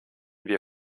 wir